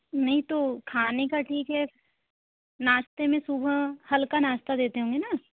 नहीं तो खाने का ठीक है नाश्ते में सुबह हल्का नाश्ता देते होंगे ना